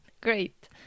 Great